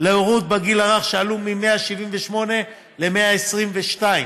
בגיל רך, שעלו מ-178 ל-222,